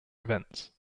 events